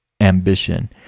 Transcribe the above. ambition